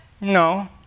No